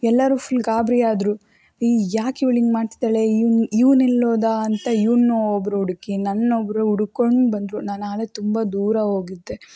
ಎಲ್ಲರೂ ಫುಲ್ ಗಾಬರಿಯಾದ್ರು ಏ ಯಾಕೆ ಇವ್ಳು ಹಿಂಗ್ ಮಾಡ್ತಿದ್ದಾಳೆ ಇವ್ನು ಎಲ್ಲಿ ಹೋದ ಅಂತ ಇವನ್ನ ಒಬ್ರು ಹುಡ್ಕಿ ನನ್ನ ಒಬ್ರು ಹುಡ್ಕೊಂಡು ಬಂದರು ನಾನಾಗಲೇ ತುಂಬ ದೂರ ಹೋಗಿದ್ದೆ